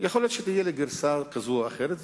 יכול להיות שתהיה לי גרסה כזאת או אחרת,